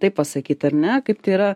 taip pasakyt ar ne kaip tai yra